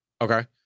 okay